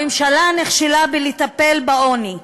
הממשלה נכשלה בטיפול בעוני: